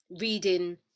reading